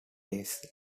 days